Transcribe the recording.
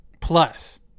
plus